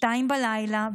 שתיים בלילה,